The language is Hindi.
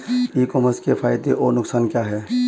ई कॉमर्स के फायदे और नुकसान क्या हैं?